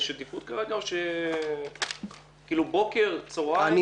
יש עדיפות כרגע בוקר, צוהריים?